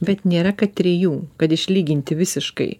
bet nėra kad trijų kad išlyginti visiškai